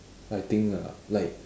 I think ah like